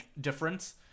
Difference